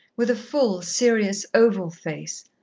with a full, serious oval face,